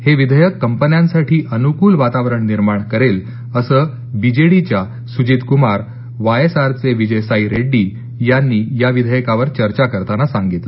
हे विधेयक कंपन्यांसाठी अनुकुल वातावरण निर्माण करेल असं बी जे डी च्या Sujit Kumar Y S R चे विजय साई रेड़डी यांनी या विधेयकावर चर्चा करताना सांगितलं